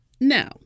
now